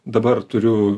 dabar turiu